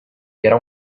era